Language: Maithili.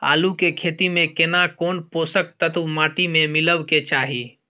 आलू के खेती में केना कोन पोषक तत्व माटी में मिलब के चाही?